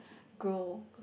grow